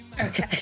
okay